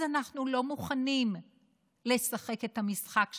אז אנחנו לא מוכנים לשחק את המשחק שלך,